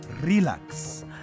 relax